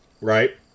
right